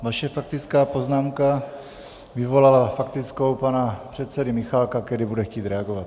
Vaše faktická poznámka vyvolala faktickou pana předsedy Michálka, který bude chtít reagovat.